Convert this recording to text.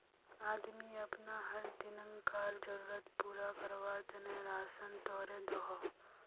आदमी अपना हर दिन्कार ज़रुरत पूरा कारवार तने राशान तोड़े दोहों